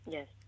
Yes